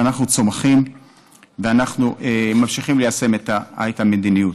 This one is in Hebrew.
ואנחנו צומחים ואנחנו ממשיכים ליישם את המדיניות.